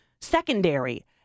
secondary